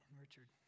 Richard